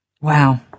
Wow